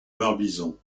barbizon